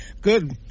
good